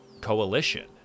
coalition